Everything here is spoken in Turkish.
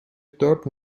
dört